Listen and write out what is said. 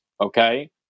okay